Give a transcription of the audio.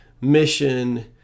mission